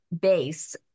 base